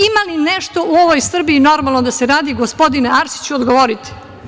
Ima li nešto u ovoj Srbiji normalno da se radi gospodine Arsiću, odgovorite?